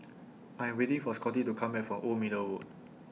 I Am waiting For Scottie to Come Back from Old Middle Road